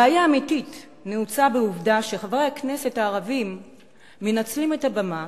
הבעיה האמיתית נעוצה בעובדה שחברי הכנסת הערבים מנצלים את הבמה,